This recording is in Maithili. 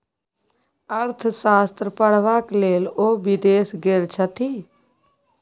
अर्थशास्त्र पढ़बाक लेल ओ विदेश गेल छथि